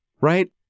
Right